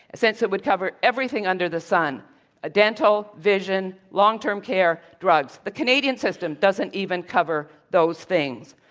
since it would cover everything under the sun ah dental, vision, long-term care, drugs. the canadian system doesn't even cover those things.